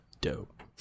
Dope